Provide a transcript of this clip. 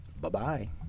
Bye-bye